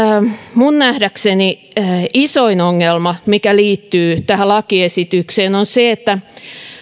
minun nähdäkseni ehkä isoin ongelma mikä liittyy tähän lakiesitykseen on se että